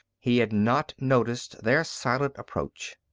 he had not noticed their silent approach.